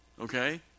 Okay